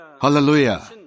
Hallelujah